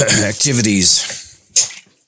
activities